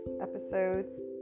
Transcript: Episodes